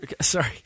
sorry